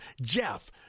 Jeff